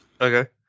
okay